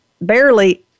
barely